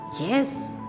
Yes